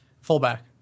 Fullback